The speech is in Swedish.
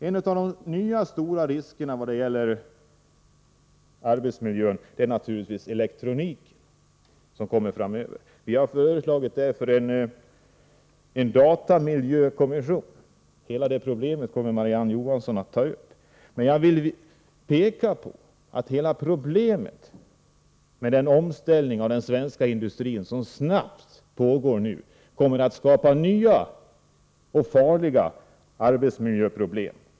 En av de nya, stora riskerna inom arbetsmiljöområdet är naturligtvis elektroniken som kommer framöver. Vi har därför föreslagit en datamiljökommisson. Hela det problemet kommer Marie-Ann Johansson att ta upp. Jag vill bara här framhålla att hela problemet med den snabba omställning i den svenska industrin som nu pågår kommer att skapa nya problem med farlig arbetsmiljö.